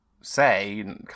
say